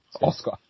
Oscar